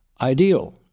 ideal